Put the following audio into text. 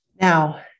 Now